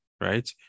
Right